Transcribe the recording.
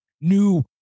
new